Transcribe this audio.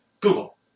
Google